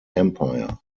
empire